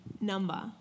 number